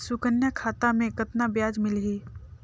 सुकन्या खाता मे कतना ब्याज मिलही?